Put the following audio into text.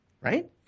Right